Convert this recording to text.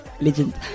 Legend